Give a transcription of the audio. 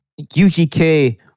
UGK